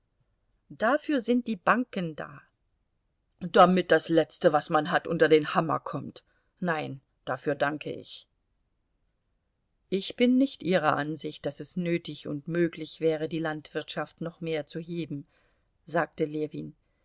dafür sind die banken da damit das letzte was man hat unter den hammer kommt nein dafür danke ich ich bin nicht ihrer ansicht daß es nötig und möglich wäre die landwirtschaft noch mehr zu heben sagte ljewin